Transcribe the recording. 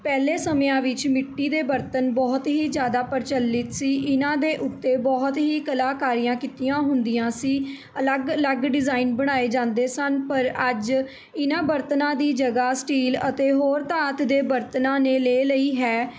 ਪਹਿਲੇ ਸਮਿਆਂ ਵਿੱਚ ਮਿੱਟੀ ਦੇ ਬਰਤਨ ਬਹੁਤ ਹੀ ਜ਼ਿਆਦਾ ਪ੍ਰਚਲਿਤ ਸੀ ਇਹਨਾਂ ਦੇ ਉੱਤੇ ਬਹੁਤ ਹੀ ਕਲਾਕਾਰੀਆਂ ਕੀਤੀਆਂ ਹੁੰਦੀਆਂ ਸੀ ਅਲੱਗ ਅਲੱਗ ਡਿਜ਼ਾਇਨ ਬਣਾਏ ਜਾਂਦੇ ਸਨ ਪਰ ਅੱਜ ਇਹਨਾਂ ਬਰਤਨਾਂ ਦੀ ਜਗ੍ਹਾ ਸਟੀਲ ਅਤੇ ਹੋਰ ਧਾਤ ਦੇ ਬਰਤਨਾਂ ਨੇ ਲੈ ਲਈ ਹੈ